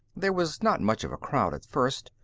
there was not much of a crowd, at first.